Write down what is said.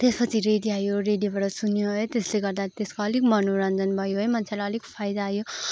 त्यसपछि रेडियो आयो रेडियोबाट सुन्यो है त्यसले गर्दा त्यसको अलिक मनोरञ्जन भयो है मान्छेलाई अलिक फायदा आयो